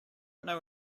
know